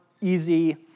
easy